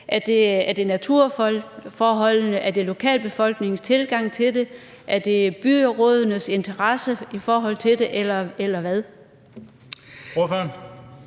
Er det naturforholdene, er det lokalbefolkningens tilgang til det, er det byrådenes interesse i forhold til det, eller hvad